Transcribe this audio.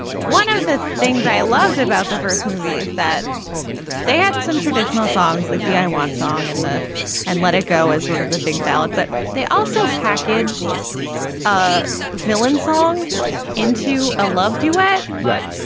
one of the things i loved about the first movie is that they had some traditional songs like the i want song in there and let it go as sort of the big ballad. but they also packaged ah filan song into a love duet, right?